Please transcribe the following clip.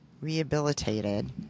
rehabilitated